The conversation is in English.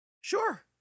Sure